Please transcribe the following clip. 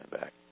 back